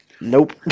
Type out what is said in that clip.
Nope